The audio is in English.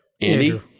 Andy